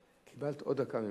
קיבלת עוד דקה ממני.